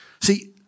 See